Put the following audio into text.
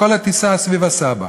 כל הטיסה סביב הסבא.